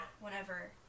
whenever